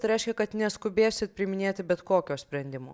tai reiškia kad neskubėsit priiminėti bet kokio sprendimo